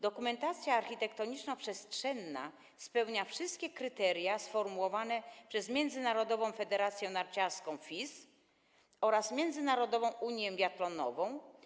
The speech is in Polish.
Dokumentacja architektoniczno-przestrzenna spełnia wszystkie kryteria sformułowane przez Międzynarodową Federację Narciarską FIS oraz Międzynarodową Unię Biathlonową.